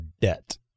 debt